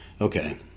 Okay